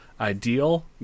Ideal